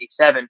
1987